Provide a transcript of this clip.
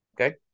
Okay